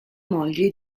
moglie